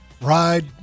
ride